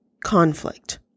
Conflict